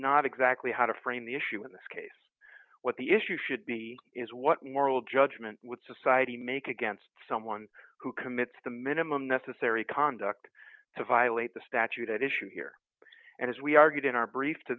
not exactly how to frame the issue in this case what the issue should be is what moral judgment would society make against someone who commits the minimum necessary conduct to violate the statute issue here and as we argued in our brief to